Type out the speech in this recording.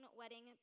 wedding